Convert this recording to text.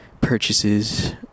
purchases